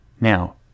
Now